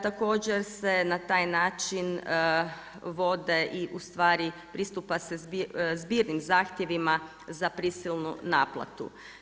Također se na taj način vode i ustvari pristupa se zbirnim zahtjevima za prisilnu naplatu.